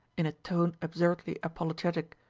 in a tone absurdly apologetic.